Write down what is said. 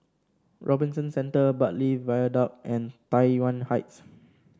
Robinson Centre Bartley Viaduct and Tai Yuan Heights